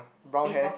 brown hair